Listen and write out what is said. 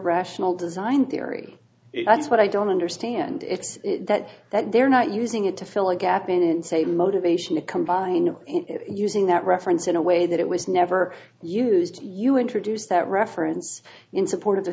rational design theory that's what i don't understand it's that that they're not using it to fill a gap in say motivation a combining of using that reference in a way that it was never used you introduce that reference in support of the